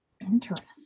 interesting